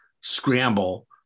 scramble